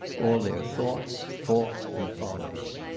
all their thoughts, faults, and follies.